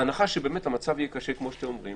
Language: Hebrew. בהנחה שבאמת המצב יהיה קשה כפי שאתם אומרים,